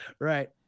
Right